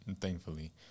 Thankfully